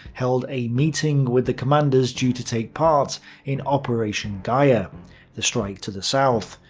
held a meeting with the commanders due to take part in operation geier the strike to the south.